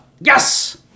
Yes